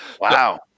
Wow